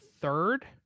third